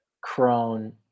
Crone